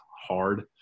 hard